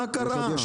מה קרה?